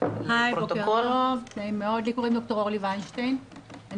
אני מקופת חולים כללית,